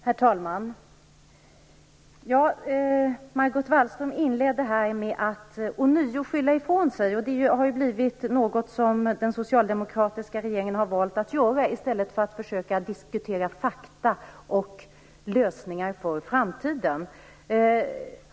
Herr talman! Margot Wallström inledde med att ånyo skylla ifrån sig. Det har ju den socialdemokratiska regeringen valt att göra i stället för att försöka diskutera fakta och lösningar för framtiden.